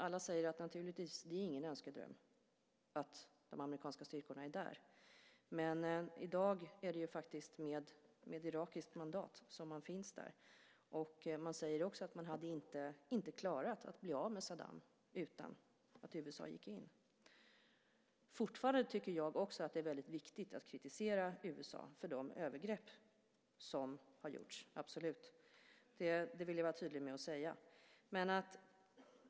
Alla sade att det naturligtvis inte är någon önskedröm att de amerikanska styrkorna finns där, men de finns faktiskt där med irakiskt mandat. De sade också att de inte hade kunnat bli av med Saddam utan att USA gick in. Fortfarande tycker även jag att det är viktigt att kritisera USA för de övergrepp som skett - absolut. Jag vill vara tydlig med att säga det.